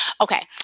Okay